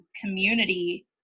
community